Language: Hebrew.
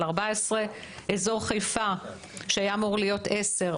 14. באזור חיפה שהיה אמור להיות עשר,